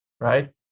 Right